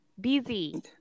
Busy